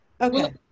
okay